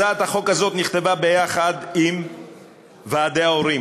הצעת החוק הזאת נכתבה ביחד עם ועדי ההורים,